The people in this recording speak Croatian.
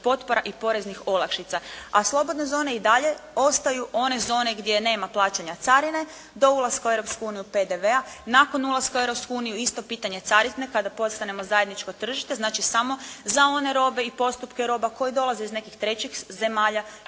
potpora i poreznih olakšica, a slobodne zone ostaju i dalje one zone, gdje nema plaćanja carine do ulaska u Europsku uniju PDV-a, nakon ulaska u Europsku uniju isto pitanje carine, kada postanemo zajedničko tržište, znači samo za one robe i postupke roba koje dolaze iz nekih trećih zemalja,